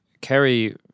Kerry